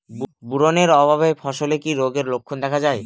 Boron এর অভাবে ফসলে কি রোগের লক্ষণ দেখা যায়?